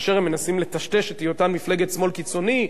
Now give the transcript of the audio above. כאשר הם מנסים לטשטש את היותם מפלגת שמאל קיצוני,